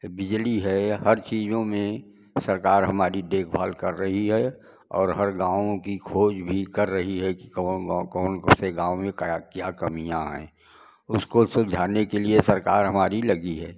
बिजली है या हर चीजों में सरकार हमारी देखभाल कर रही है और हर गाँवों की खोज भी कर रही है कि कौन कौन कौन से गाँव में कया क्या कमियाँ हैं उसको सुधारने के सरकार हमारी लगी है